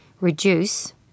reduce